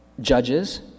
Judges